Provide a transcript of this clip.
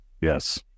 Yes